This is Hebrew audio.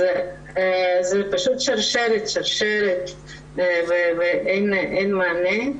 זאת שרשרת ואין מענה.